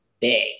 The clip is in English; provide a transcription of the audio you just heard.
big